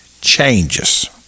changes